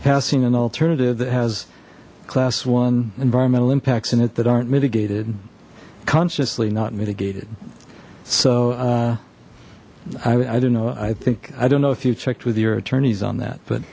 passing an alternative that has class one environmental impacts in it that aren't mitigated consciously not mitigated so i don't know i think i don't know if you've checked with your attorneys on that but